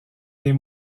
des